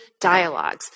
dialogues